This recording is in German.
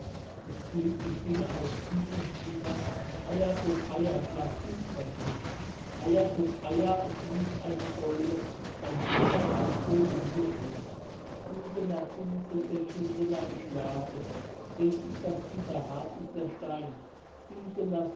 es klingt die stimme aus tiefem zwinger eia popeia schlaf süß mein kind eia popeia es rief eine eule dein vater weiß wohl wo wir sind suse la suse ihr kindelein schlafet fest ist das gitter hart ist der stein